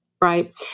right